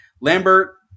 Lambert